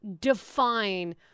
define